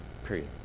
period